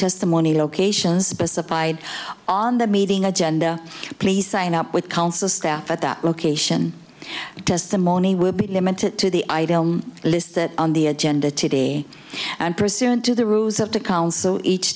testimony locations pacified on the meeting agenda please sign up with council staff at that location testimony would be limited to the ideal list that on the agenda today and pursuant to the rules of the council each